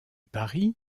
pari